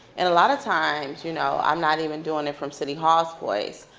and a lot of times, you know i'm not even doing it from city hall's voice.